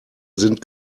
sind